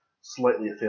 slightly